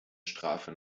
strafe